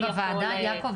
יעקב,